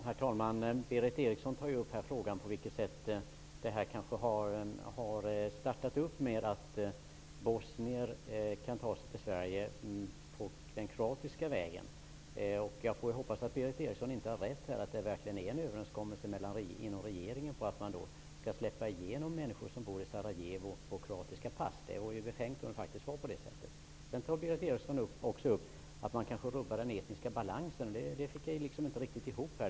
Herr talman! Berith Eriksson tar upp frågan om på vilket sätt det har börjat med att bosnier kan ta sig till Sverige via Kroatien. Jag hoppas att Berith Eriksson inte har rätt i att det skulle förekomma en överenskommelse inom regeringen om att man skall släppa igenom människor som bor i Sarajevo på kroatiska pass. Det vore befängt om det faktiskt var så. Sedan sade Berith Eriksson också att man kanske rubbar den etniska balansen. Det resonemanget fick jag inte att gå ihop.